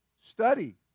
study